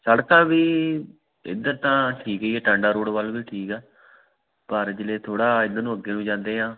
ਸੜਕਾਂ ਵੀ ਇੱਧਰ ਤਾਂ ਠੀਕ ਹੀ ਆ ਟਾਂਡਾ ਰੋਡ ਵੱਲ ਨੂੰ ਠੀਕ ਆ ਪਰ ਜਿਵੇਂ ਥੋੜ੍ਹਾ ਇੱਧਰ ਨੂੰ ਅੱਗੇ ਨੂੰ ਜਾਂਦੇ ਆ